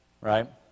right